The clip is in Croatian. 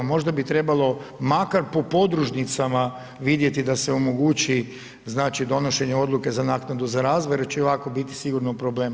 Možda bi trebalo makar po podružnicama vidjeti da se omogući znači donošenje odluke za naknadu za razvije jer će ovako biti sigurno problema.